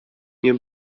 nie